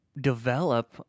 develop